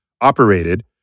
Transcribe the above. operated